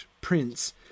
prince